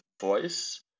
voice